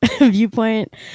viewpoint